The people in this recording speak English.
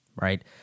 right